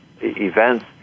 events